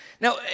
Now